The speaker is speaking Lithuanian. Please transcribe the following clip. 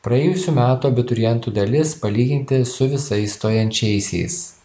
praėjusių metų abiturientų dalis palyginti su visais stojančiaisiais